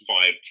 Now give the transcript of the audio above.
Five